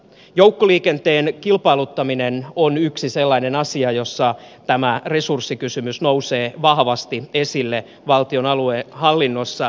joukkoliikenteen kilpailuttaminen on yksi sellainen asia jossa tämä resurssikysymys nousee vahvasti esille valtion aluehallinnossa